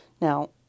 Now